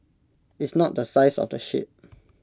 it's not the size of the ship